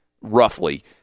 roughly